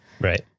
right